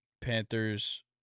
Panthers